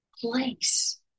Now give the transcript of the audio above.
place